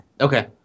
Okay